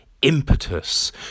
Impetus